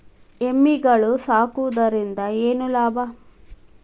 ಎಮ್ಮಿಗಳು ಸಾಕುವುದರಿಂದ ಏನು ಲಾಭ?